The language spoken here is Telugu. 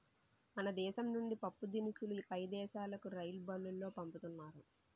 మన దేశం నుండి పప్పుదినుసులు పై దేశాలుకు రైలుబల్లులో పంపుతున్నారు